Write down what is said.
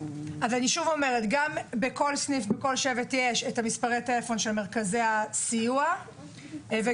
אני שוב אומרת: בכל סניף ובכל שבט יש מספרי טלפון של מרכזי הסיוע וגם